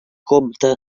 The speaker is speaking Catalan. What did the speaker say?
compte